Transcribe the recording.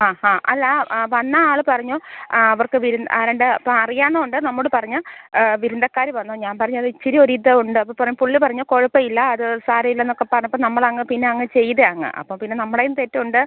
ആ ഹാ അല്ല ആ വന്ന ആള് പറഞ്ഞു ആ അവർക്ക് വിരുന്ന് ആരാണ്ട് അപ്പം അറിയാവുന്നത് കൊണ്ട് നമ്മളോട് പറഞ്ഞ് വിരുന്നക്കാര് പറഞ്ഞു ഞാ പറഞ്ഞതിച്ചിരി ഒരിതുണ്ട് അപ്പൊ പറയും പുള്ളി പറഞ്ഞു കൊഴപ്പൊ ഇല്ല അത് സാരില്ലെന്നൊക്കെ പറഞ്ഞപ്പൊ നമ്മളങ്ങ് പിന്നങ്ങ് ചെയ്തയങ്ങ് അപ്പൊ പിന്നെ നമ്മളെയും തെറ്റുണ്ട്